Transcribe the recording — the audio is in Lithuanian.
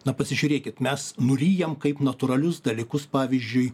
na pasižiūrėkit mes nuryjam kaip natūralius dalykus pavyzdžiui